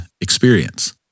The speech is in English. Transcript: experience